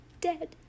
Dead